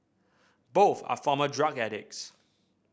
both are former drug addicts